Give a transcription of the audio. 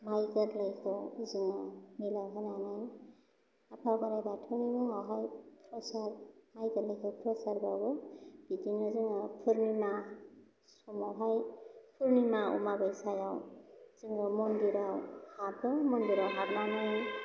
माइ गोरलैखौ जोङो मिलआव होनानै आफा बोराइ बाथौनि मुङावहाय प्रसाद माइ गोरलैखौ प्रसाद बावो बिदिनो जोङो पुरनिमा समावहाय पुरनिमा अमाबैसायाव जोङो मन्दिराव हाबो मन्दिराव हाबनानै